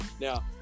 now